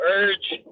urge